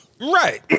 Right